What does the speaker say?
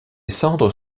cendres